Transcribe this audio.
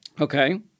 Okay